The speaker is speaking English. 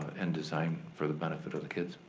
and designed for the benefit of the kids.